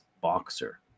boxer